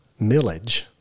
millage